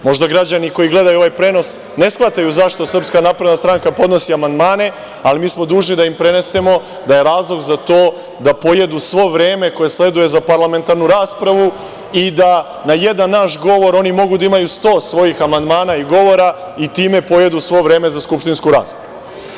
Možda građani koji gledaju ovaj prenos ne shvataju zašto SNS podnosi amandmane, ali mi smo dužni da im prenesemo da je razlog za to pojedu svo vreme koje sledi za parlamentarnu raspravu i da na jedan naš govor oni mogu da imaju 100 svojih amandmana i govora i time pojedu sve vreme za skupštinsku raspravu.